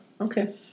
Okay